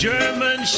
German